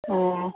ꯑꯣ